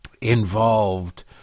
involved